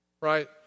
Right